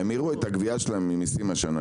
הם יראו את גביית המיסים שלהם השנה,